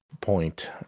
point